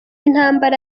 intambara